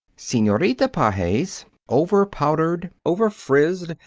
senorita pages, over-powdered, overfrizzed,